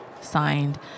signed